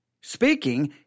speaking